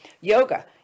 yoga